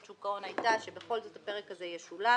שוק ההון הייתה שבכל זאת הפרק הזה ישולב.